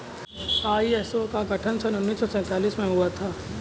ISO का गठन सन उन्नीस सौ सैंतालीस में हुआ था